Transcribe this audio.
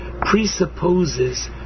...presupposes